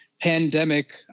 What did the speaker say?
pandemic